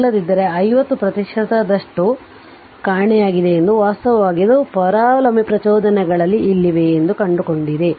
ಇಲ್ಲದಿದ್ದರೆ 50 ಪ್ರತಿಶತದಷ್ಟು ಶಕ್ತಿಯು ಕಾಣೆಯಾಗಿದೆ ಎಂದು ವಾಸ್ತವವಾಗಿ ಅದು ಪರಾವಲಂಬಿ ಪ್ರಚೋದನೆಗಳಲ್ಲಿ ಇಲ್ಲಿದೆ ಎಂದು ಕಂಡುಹಿಡಿದಿದೆ